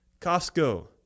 Costco